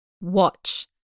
Watch